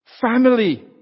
Family